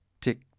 tick